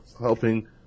helping